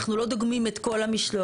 אנחנו לא דוגמים את כל המשלוח.